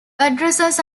addresses